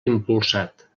impulsat